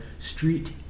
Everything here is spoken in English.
street